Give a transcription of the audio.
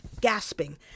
gasping